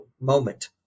moment